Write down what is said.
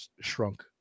shrunk